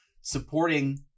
supporting